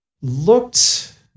looked